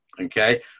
Okay